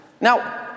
Now